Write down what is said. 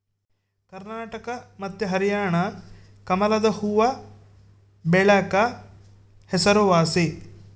ಕರ್ನಾಟಕ ಮತ್ತೆ ಹರ್ಯಾಣ ಕಮಲದು ಹೂವ್ವಬೆಳೆಕ ಹೆಸರುವಾಸಿ